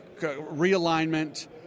realignment